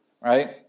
right